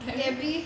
gaby